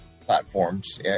platforms